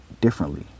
differently